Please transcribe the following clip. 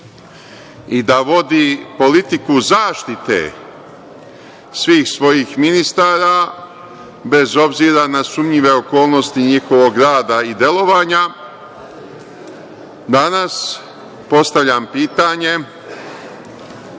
i da vodi politiku zaštite svih svojih ministara, bez obzira na sumnjive okolnosti njihovog rada i delovanja. Danas postavljam pitanje